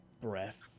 breath